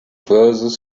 verses